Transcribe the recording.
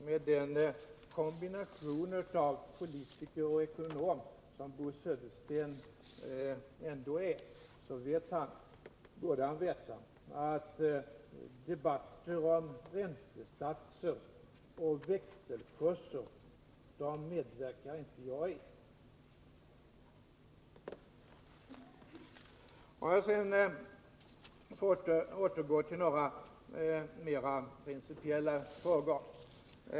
Som den kombination av politiker och ekonom Bo Södersten är borde han veta att jag inte medverkar i debatter om räntesatser och växelkurser. Låt mig sedan återgå till några mera principiella frågor.